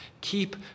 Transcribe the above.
Keep